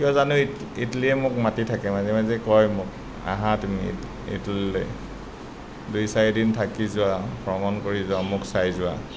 কিয় জানো ইট ইটলীয়ে মোক মাতি থাকে মাজে মাজে কয় মোক আঁহা তুমি ইট ইটলীলৈ দুই চাৰিদিন থাকি যোৱা ভ্ৰমণ কৰি যোৱা মোক চাই যোৱা